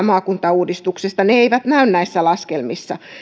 maakuntauudistuksesta eivät näy näissä laskelmissa